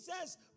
says